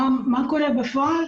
מה קורה בפועל?